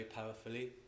powerfully